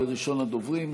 וראשון הדוברים,